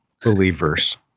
believers